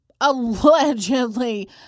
allegedly